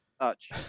touch